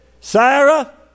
Sarah